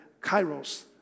Kairos